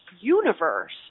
universe